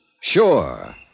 Sure